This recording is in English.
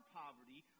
poverty